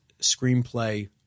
screenplay